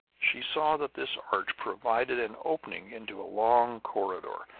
she saw that this arch provided an opening into a long corridor,